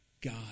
God